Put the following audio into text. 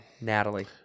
Natalie